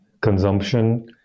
consumption